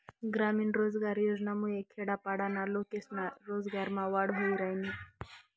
ग्रामीण रोजगार योजनामुये खेडापाडाना लोकेस्ना रोजगारमा वाढ व्हयी रायनी